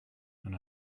and